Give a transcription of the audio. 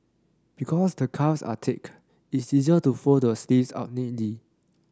because the cuffs are thick it's easier to fold the sleeves up